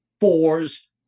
fours